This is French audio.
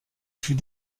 fut